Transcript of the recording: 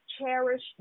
cherish